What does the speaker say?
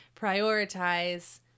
prioritize